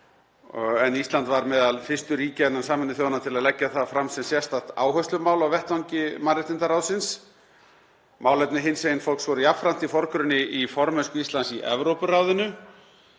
en Ísland var meðal fyrstu ríkja innan Sameinuðu þjóðanna til að leggja það fram sem sérstakt áherslumál á vettvangi mannréttindaráðsins. Málefni hinsegin fólks voru jafnframt í forgrunni í formennsku Íslands í Evrópuráðinu.